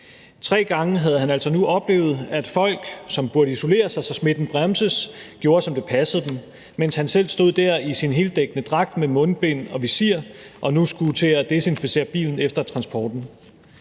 Tre gange havde han altså nu oplevet, at folk, som burde isolere sig, så smitten blev bremset, gjorde, som det passede dem, mens han selv stod dér i sin heldækkende dragt med mundbind og visir og nu skulle til at desinficere bilen efter transporten.